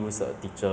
蛮多个 ah